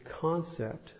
concept